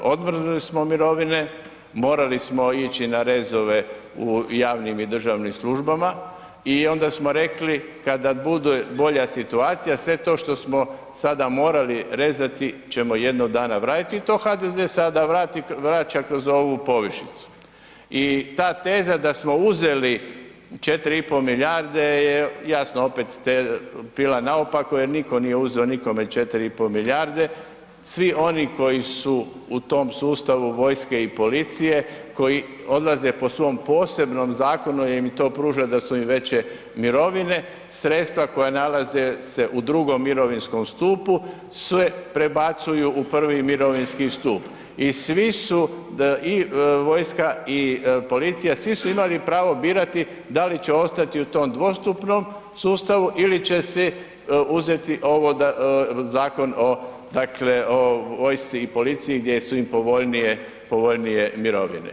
Odmrznuli smo mirovine, morali smo ići na rezove u javnim i državnim službama i onda smo rekli kada bude bolja situacija, sve to što smo sada morali rezati ćemo jednog dana vratiti i to HDZ vraća kroz ovu povišicu i ta teza da smo uzeli 4,5 milijarde je jasno opet pila na naopako jer nitko nije uzeo nikome 4,5 milijarde, svi oni koji su u tom sustavu vojske i policije, koji odlaze po svom posebnom zakonu jer im to pruža da su im veće mirovine, sredstva koja nalaze se u II. mirovinskom stupu se prebacuju u I. mirovinski stup i svi su, i vojska i policija, svi su imali pravo birati da li će ostati u tom dvostupnom sustavu ili će si uzeti ovo zakon o vojsci i policiji gdje su im povoljnije mirovine.